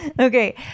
Okay